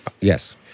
yes